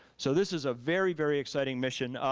so this is a very very exciting mission.